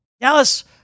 Dallas